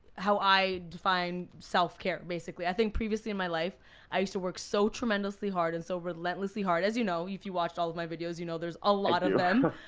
how i define self care basically i think previously in my life i used to work so tremendously hard, and so relentlessly hard, as you know. if you've watched all my videos, you know there's a lot of them.